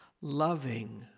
loving